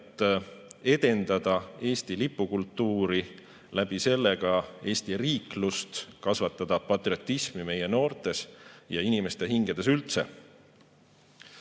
edendada Eesti lipukultuuri, selle kaudu ka Eesti riiklust, kasvatada patriotismi meie noortes ja inimeste hingedes üldse.